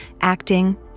acting